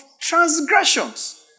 transgressions